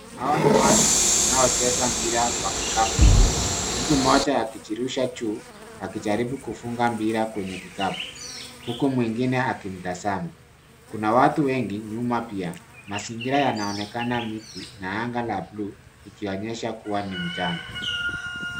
Hawa ni watu wanaocheza mpira wa kikapu nje. Mtu mmoja akijirusha juu, akijaribu kufunga mpira kwenye kikapu, huku mwingine akimtazama. Kuna watu wengi nyuma pia. Mazingira yanaonekana miti na anga la bluu ikionyesha kuwa ni mchana.